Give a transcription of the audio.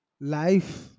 life